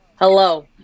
Hello